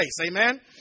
Amen